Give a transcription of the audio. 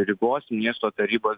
rygos miesto tarybos